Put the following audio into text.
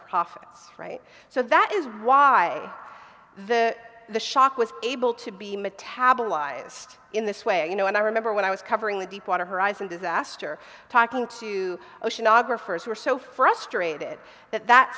profits right so that is why the the shock was able to be metabolized in this way you know and i remember when i was covering the deepwater horizon disaster talking to oceanographers who are so frustrated that that